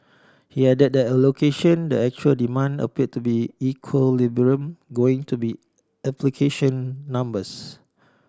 he added that the allocation the actual demand appear to be equilibrium going to be application numbers